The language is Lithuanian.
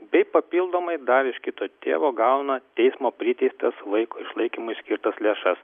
bei papildomai dar iš kito tėvo gauna teismo priteistas vaiko išlaikymui skirtas lėšas